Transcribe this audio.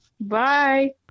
Bye